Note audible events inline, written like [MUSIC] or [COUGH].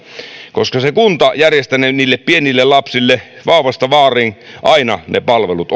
koska kunta on järjestänyt pienille pienille lapsille ja vauvasta vaariin aina palvelut [UNINTELLIGIBLE]